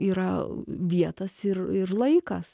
yra vietos ir ir laikas